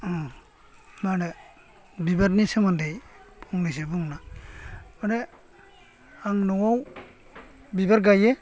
मा होनो बिबारनि सोमोन्दै फंनैसो बुंनो माने आं न'आव बिबार गायो